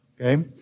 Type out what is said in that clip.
Okay